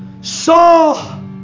saul